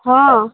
ହଁ